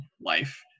life